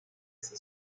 esa